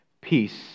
peace